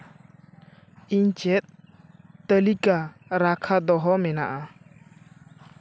ᱤᱧ ᱪᱮᱫ ᱛᱟᱹᱞᱤᱠᱟ ᱨᱟᱠᱷᱟ ᱫᱚᱦᱚ ᱢᱮᱱᱟᱜᱼᱟ